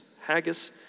Haggis